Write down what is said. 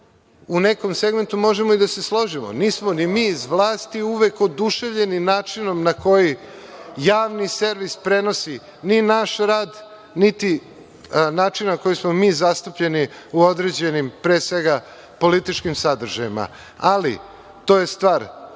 u nekom segmentu možemo i da se složimo. Nismo ni mi iz vlasti uvek oduševljeni načinom na koji javni servis prenosi ni naš rad, niti način na koji smo mi zastupljeni u određenim, pre svega, političkim sadržajima. Ali, to je stvar